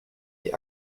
die